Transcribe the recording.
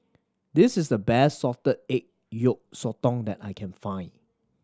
this is the best salted egg yolk sotong that I can find